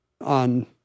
on